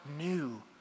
new